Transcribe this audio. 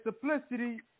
simplicity